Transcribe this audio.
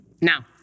Now